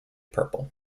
purple